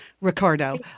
Ricardo